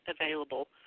available